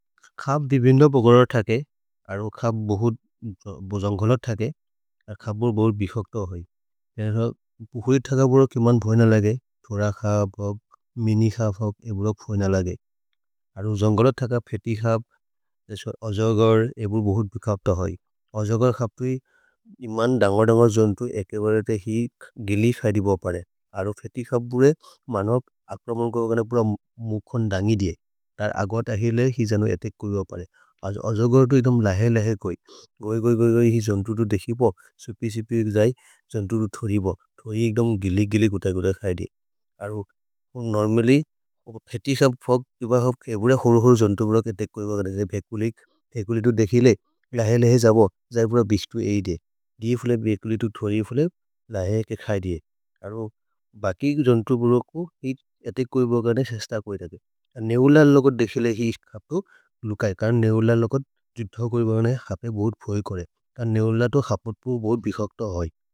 Ḥअब् दिविन्लो बगरर् थके, Ḥअब् बहुत् जन्गलर् थके, Ḥअबुर् बहुत् बिफक्त होइ। Ḥअबुर् थक बुर किमन् भोइन लगे, Ḥओर Ḥअब्, Ḥअब्, मिनि Ḥअब्, Ḥअब्, ए बुर भोइन लगे। Ḥअरु जन्गलर् थक फेति Ḥअब्, Ḥअजगर्, ए बुर बहुत् बिफक्त होइ। Ḥअजगर् Ḥअब् तुइ इमन् दन्गर् दन्गर् जन्तु, एके बरेते हि गिलि सरि बव परे। Ḥअरु फेति Ḥअब् बुरे मनक् अक्रमन् कोर गन पुर मुखन् दन्गि दिये। तर् अगत् अहिर् ले हि जनो एतेक् कोइ बव परे। Ḥअजगर् तु इदम् लहे लहे कोइ, गोये गोये गोये हि जन्तु तु देखि बव, सुपि सुपि जै। जन्तु तु थोरि बव, थोरि इदम् गिलि गिलि कुत कुत खै दिये। Ḥअरु नोर्मल्ल्य् फेति Ḥअब्, Ḥअब्, केबुर होर् होर् जन्तु बुर के तेक् कोइ बव गन। जै भेकुलि, भेकुलि तु देखि ले, लहे लहे जबव, जै पुर बिस्तु एइ दे। दिये फुले भेकुलि तु थोरि फुले, लहे के खै दिये। Ḥअरु बकि जन्तु बुर कोइ एतेक् कोइ बव गन, शेश्त कोइ जते। नेहुलल् लोगत् देखि ले हि Ḥअब् तु लुकै, करन् नेहुलल् लोगत् जिथ कोइ बव गन। Ḥअब् ए बोर् फोइ कोरे, करन् नेहुलल् लोगत् हो Ḥअब् उत्पो बोर् बिसक्त होइ।